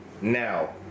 now